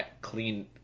clean